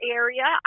area